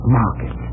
market